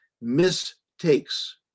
mistakes